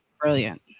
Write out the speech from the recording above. brilliant